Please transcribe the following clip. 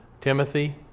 Timothy